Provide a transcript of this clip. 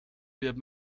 wird